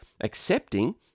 accepting